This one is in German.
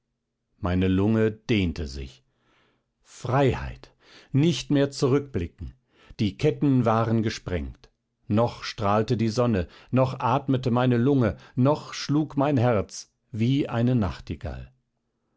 meine lunge dehnte sich freiheit nicht mehr zurückblicken die ketten waren gesprengt noch strahlte die sonne noch atmete meine lunge noch schlug mein herz wie eine nachtigall